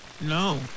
no